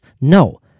no